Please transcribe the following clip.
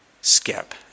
skip